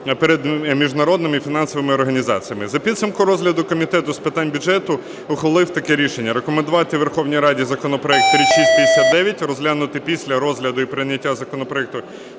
перед міжнародними фінансовими організаціями. За підсумком розгляду Комітет з питань бюджету ухвалив таке рішення: рекомендувати Верховній Раді законопроект 3659 розглянути після розгляду і прийняття законопроекту